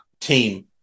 team